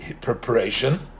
preparation